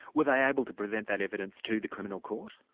were they able to present that evidence to the criminal court?